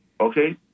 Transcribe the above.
Okay